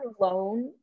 alone